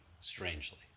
strangely